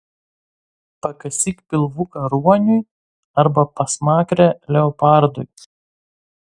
pakasyk pilvuką ruoniui arba pasmakrę leopardui